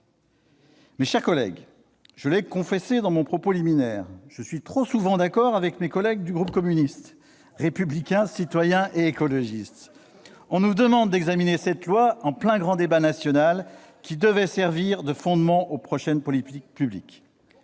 Mes chers collègues, je l'ai confessé dans mon propos liminaire, je suis trop souvent d'accord avec mes collègues du groupe communiste républicain citoyen et écologiste. Rejoignez-nous ! On nous demande d'examiner cette loi en plein grand débat national, qui devait servir de fondement aux prochaines politiques publiques.